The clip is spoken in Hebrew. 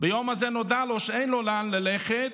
ביום הזה נודע לו שאין לו לאן ללכת,